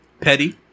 Petty